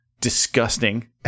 disgusting